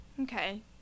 Okay